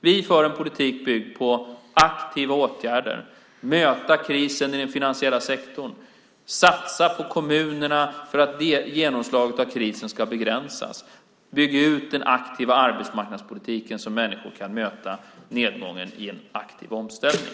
Vi för en politik byggd på aktiva åtgärder, att möta krisen i den finansiella sektorn, satsa på kommunerna för att genomslaget av krisen ska begränsas, bygga ut den aktiva arbetsmarknadspolitiken så att människor kan möta nedgången i en aktiv omställning.